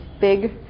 big